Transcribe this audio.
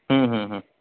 হুম হুম হুম